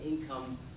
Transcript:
income